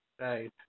Right